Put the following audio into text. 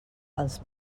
els